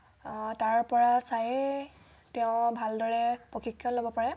তাৰ পৰা চায়ে তেওঁ ভালদৰে প্ৰশিক্ষণ ল'ব পাৰে